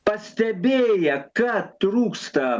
pastebėję kad trūksta